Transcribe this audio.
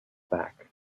back